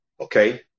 Okay